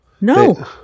No